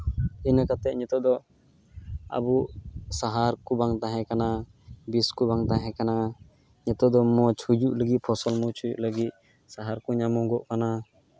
ᱤᱱᱟᱹ ᱠᱟᱛᱮᱫ ᱱᱤᱛᱳᱜ ᱫᱚ ᱟᱵᱚ ᱥᱟᱦᱟᱨ ᱠᱚ ᱵᱟᱝ ᱛᱟᱦᱮᱸ ᱠᱟᱱᱟ ᱵᱤᱥ ᱠᱚ ᱵᱟᱝ ᱛᱟᱦᱮᱸ ᱠᱟᱱᱟ ᱱᱤᱛᱳᱜ ᱫᱚ ᱢᱚᱡᱽ ᱦᱩᱭᱩᱜ ᱞᱟᱹᱜᱤᱫ ᱯᱷᱚᱥᱚᱞ ᱢᱚᱡᱽ ᱦᱩᱭᱩᱜ ᱞᱟᱹᱜᱤᱫ ᱥᱟᱦᱟᱨ ᱠᱚ ᱧᱟᱢᱚᱜᱚᱜ ᱠᱟᱱᱟ